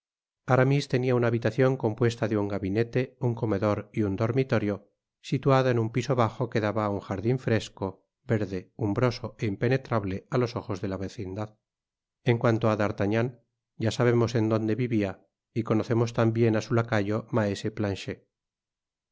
suntuosa apariencia aramis tenia una habitacion compuesta de un gabinete un comedor y un i dormitorio situada en un piso bajo que daba á un jardin fresco verde umbroso é impenetrable á los ojos de la vecindad en cuanto á d artagnan ya sabemos en donde vivia y conocemos tambien á su lacayo maese planchet